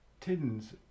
tins